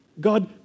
God